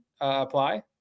apply